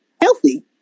healthy